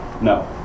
No